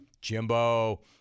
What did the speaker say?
Jimbo